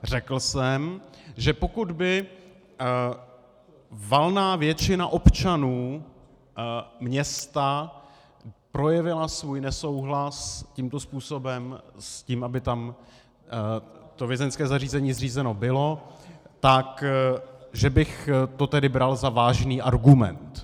Řekl jsem, že pokud by valná většina občanů města projevila svůj nesouhlas tímto způsobem s tím, aby tam to vězeňské zařízení zřízeno bylo, tak že bych to tedy bral za vážný argument.